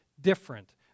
different